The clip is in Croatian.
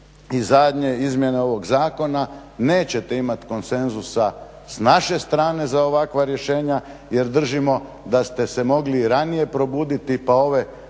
i zadnje izmjene ovog zakona, nećete imati konsenzusa sa naše strane za ovakva rješenja jer držimo da ste se mogli i ranije probuditi pa ove